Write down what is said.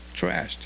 Trashed